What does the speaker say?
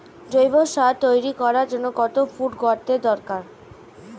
জৈব সার তৈরি করার জন্য কত ফুট গর্তের দরকার?